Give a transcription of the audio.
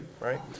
right